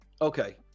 Okay